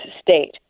state